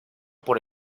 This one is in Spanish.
por